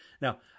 Now